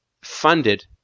funded